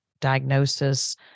diagnosis